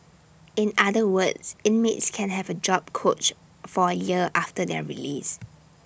in other words inmates can have A job coach for A year after their release